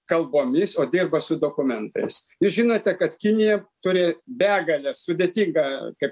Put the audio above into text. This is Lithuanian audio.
kalbomis o dirba su dokumentais jūs žinote kad kinija turi begalę sudėtingą kaip